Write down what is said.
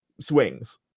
swings